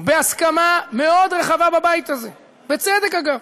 בהסכמה מאוד רחבה בבית הזה, בצדק, אגב.